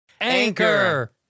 Anchor